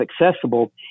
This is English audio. accessible